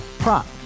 Prop